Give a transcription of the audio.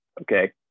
Okay